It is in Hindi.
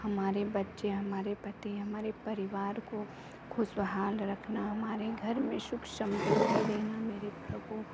हमारे बच्चे हमारे पति हमारे परिवार को खुशहाल रखना हमारे घर में सुख समृद्धि देना मेरे प्रभु